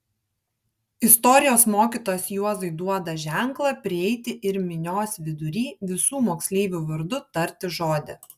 istorijos mokytojas juozui duoda ženklą prieiti ir minios vidury visų moksleivių vardu tarti žodį